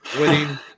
winning